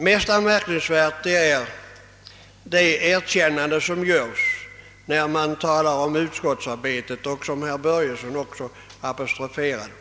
Mest anmärkningsvärt är det erkännande som görs när man talar om utskottsarbetet och som herr Börjesson i Glömminge också apostroferade.